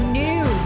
new